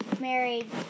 married